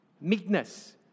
meekness